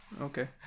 Okay